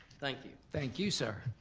thank you. thank you, sir.